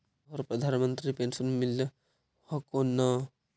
तोहरा प्रधानमंत्री पेन्शन मिल हको ने?